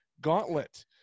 gauntlet